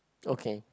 okay